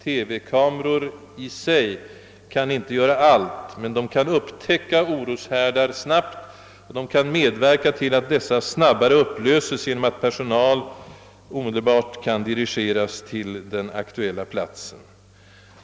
TV-kameror kan i och för sig inte överta allt arbete, men de kan snabbt upptäcka oroshärdar och kan medverka till att dessa tidigare upplöses genom att personal omedelbart kan dirigeras till den aktuella plats, där oroligheter uppstått.